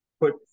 put